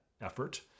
effort